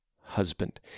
husband